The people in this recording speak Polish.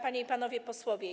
Panie i Panowie Posłowie!